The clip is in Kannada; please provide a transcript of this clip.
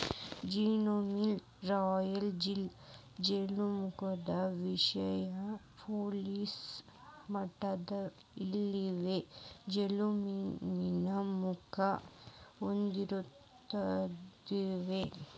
ಜೇನಮ್ಯಾಣ, ರಾಯಲ್ ಜೆಲ್ಲಿ, ಜೇನುನೊಣದ ವಿಷ, ಪ್ರೋಪೋಲಿಸ್ ಮಟ್ಟ ಇವೆಲ್ಲ ಜೇನುಹುಳದ ಮುಖ್ಯ ಉತ್ಪನ್ನಗಳಾಗ್ಯಾವ